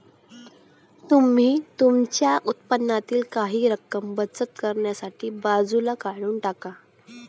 तुम्ही तुमच्या उत्पन्नातील काही रक्कम बचत करण्यासाठी बाजूला काढून टाका